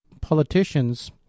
politicians